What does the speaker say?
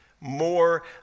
more